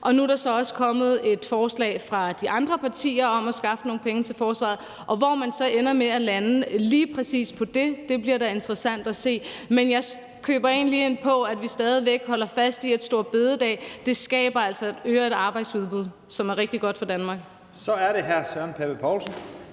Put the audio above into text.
Nu er der så også kommet et forslag fra de andre partier til, hvordan man kan skaffe nogle penge til forsvaret, og hvor man så ender med at lande på lige præcis det spørgsmål, bliver da interessant at se. Men jeg køber egentlig ind på, at vi stadig væk holder fast i, at fjernelsen af store bededag altså skaber et øget arbejdsudbud, hvilket er rigtig godt for Danmark. Kl. 11:16 Første næstformand